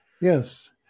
Yes